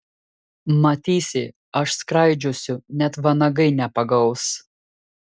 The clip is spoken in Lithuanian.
matysi aš skraidžiosiu net vanagai nepagaus